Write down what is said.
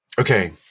Okay